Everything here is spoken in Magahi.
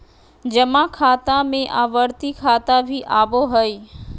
जमा खाता में आवर्ती खाता भी आबो हइ